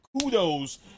kudos